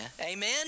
Amen